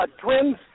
twins